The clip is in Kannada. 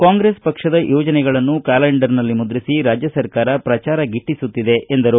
ಕಾಂಗ್ರೆಸ್ ಪಕ್ಷದ ಯೋಜನೆಗಳನ್ನ ಕ್ಕಾಲೆಂಡರ್ ನಲ್ಲಿ ಮುದ್ರಿಸಿ ರಾಜ್ಯ ಸರ್ಕಾರ ಪ್ರಚಾರ ಗಿಟ್ಟಿಸುತ್ತಿದೆ ಎಂದರು